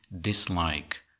dislike